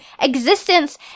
existence